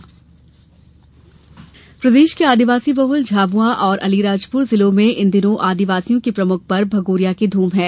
भगोरिया पर्व प्रदेश के आदिवासी बहल झाब्आ और अलीराजपुर जिलों में इन दिनों आदिवासियों के प्रमुख पर्व भगोरिया की धूम है